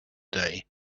day